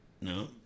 No